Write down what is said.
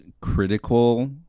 critical